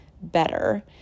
better